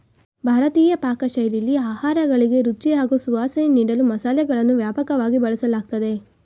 ಭಾರತೀಯ ಪಾಕಶೈಲಿಲಿ ಆಹಾರಗಳಿಗೆ ರುಚಿ ಹಾಗೂ ಸುವಾಸನೆ ನೀಡಲು ಮಸಾಲೆಗಳನ್ನು ವ್ಯಾಪಕವಾಗಿ ಬಳಸಲಾಗ್ತದೆ